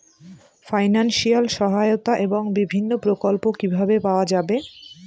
Financial সহায়তা এবং বিভিন্ন প্রকল্প কিভাবে পাওয়া যাবে?